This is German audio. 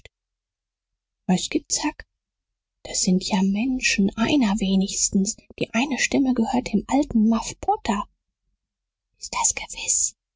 was gibt's huck das sind ja menschen einer wenigstens die eine stimme gehört dem alten muff potter ist das gewiß